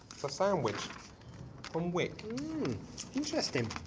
but sandwich from wic interesting,